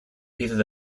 pieces